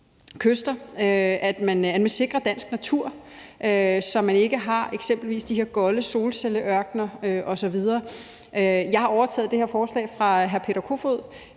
at man sikrer dansk natur, så man ikke har eksempelvis de her golde solcelleørkener osv. Jeg har overtaget det her forslag fra hr. Peter Kofod,